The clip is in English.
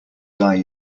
die